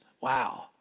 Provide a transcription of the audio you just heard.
Wow